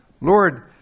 Lord